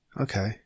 Okay